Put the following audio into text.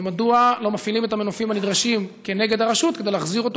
ומדוע לא מפעילים את המנופים הנדרשים כנגד הרשות כדי להחזיר אותו,